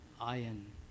iron